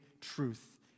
truth